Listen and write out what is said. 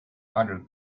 other